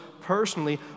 personally